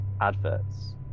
adverts